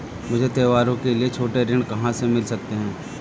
मुझे त्योहारों के लिए छोटे ऋृण कहां से मिल सकते हैं?